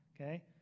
okay